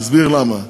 אסביר למה.